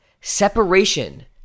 separation